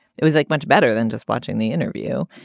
it was like much better than just watching the interview.